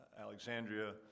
Alexandria